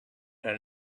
her